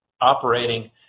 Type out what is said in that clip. operating